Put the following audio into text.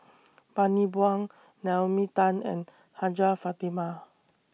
Bani Buang Naomi Tan and Hajjah Fatimah